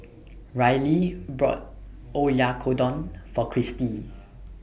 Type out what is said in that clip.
Ryley bought Oyakodon For Cristi